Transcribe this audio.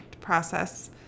process